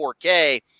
4K